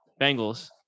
Bengals